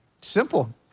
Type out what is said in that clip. Simple